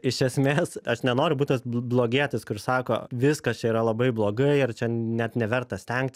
iš esmės aš nenoriu būti tas bl blogietis kuris sako viskas čia yra labai blogai ir čia net neverta stengt